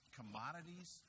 commodities